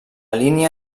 línia